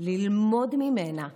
ללמוד ממנה.